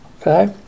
okay